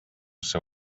seu